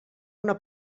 una